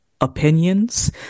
opinions